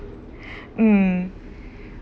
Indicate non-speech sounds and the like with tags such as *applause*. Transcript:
*breath* mm